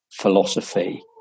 philosophy